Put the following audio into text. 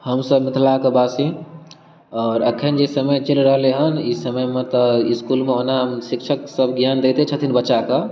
हमसब मिथिला के वासी आओर अखन जे समय चलि रहलै हन ई समय मे तऽ इसकुल मे ओना शिक्षक सब ज्ञान दैते छथिन बच्चा के